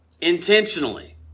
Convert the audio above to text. intentionally